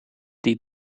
die